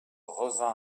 revint